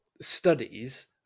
studies